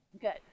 Good